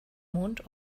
mond